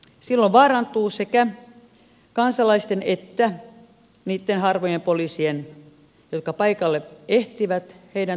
silloin vaarantuu sekä kansalaisten että niitten harvojen poliisien jotka paikalle ehtivät turvallisuus